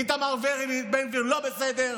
איתמר בן גביר לא בסדר.